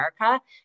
America